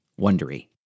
Wondery